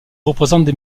représentent